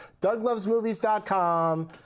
Douglovesmovies.com